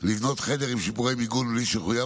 לבנות חדר עם שיפורי מיגון מבלי שיחויב